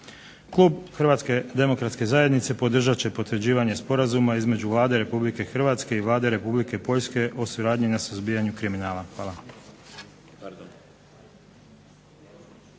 Klub Hrvatske demokratske zajednice podržat će potvrđivanje sporazuma između Vlade Republike Hrvatske i Vlade Republike Poljske o suradnji na suzbijanju kriminala. Hvala.